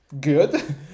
good